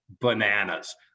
bananas